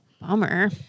bummer